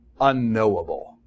unknowable